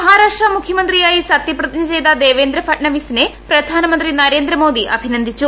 മഹാരാഷ്ട്ര മുഖ്യമന്ത്രിയായി സത്യപ്രതിജ്ഞ ചെയ്ത ദേവേന്ദ്ര ഫട്നാവിസിനെ പ്രധാനമന്ത്രി നരേന്ദ്രമോദി അഭിനന്ദിച്ചു